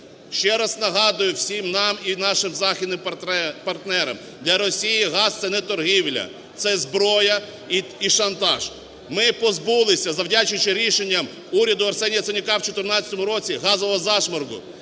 Ще раз нагадую всім нам і нашим західним партнерам, для Росії газ це не торгівля, це зброя і шантаж. Ми позбулися, завдячуючи рішенням уряду Арсенія Яценюка у 2014 році, газового зашморгу,